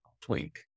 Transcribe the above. twink